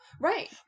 right